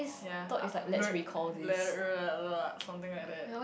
yea uh learnt uh lear~ l~ l~ something like that